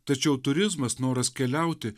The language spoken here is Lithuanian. tačiau turizmas noras keliauti